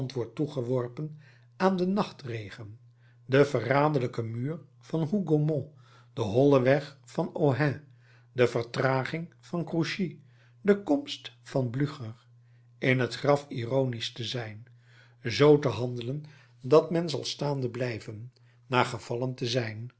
antwoord toegeworpen aan den nachtregen den verraderlijken muur van hougomont den hollen weg van ohain de vertraging van grouchy de komst van blücher in het graf ironisch te zijn zoo te handelen dat men zal staande blijven na gevallen te zijn